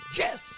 yes